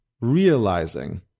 realizing